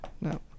No